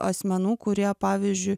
asmenų kurie pavyzdžiui